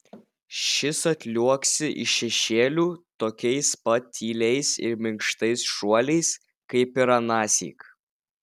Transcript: šis atliuoksi iš šešėlių tokiais pat tyliais ir minkštais šuoliais kaip ir anąsyk